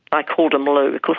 i called him lou,